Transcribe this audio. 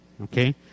okay